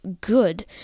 good